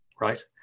right